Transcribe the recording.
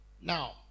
Now